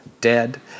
Dead